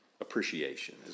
appreciation